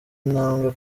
intambwe